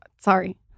sorry